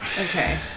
Okay